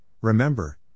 remember